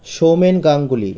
Soumen Ganguly